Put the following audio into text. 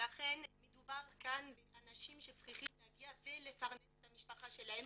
לכן מדובר כאן באנשים שצריכים להגיע ולפרנס את המשפחה שלהם